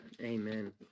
Amen